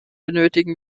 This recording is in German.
benötigen